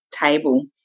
table